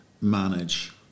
manage